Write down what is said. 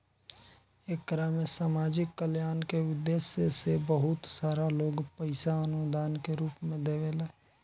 एकरा में सामाजिक कल्याण के उद्देश्य से बहुत सारा लोग पईसा अनुदान के रूप में देवेला